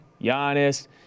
Giannis